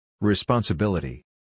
Responsibility